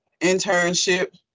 internship